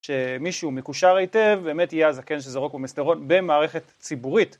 שמישהו מקושר היטב, באמת יהיה הזקן שזרוק לו במסדרון במערכת ציבורית.